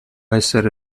essere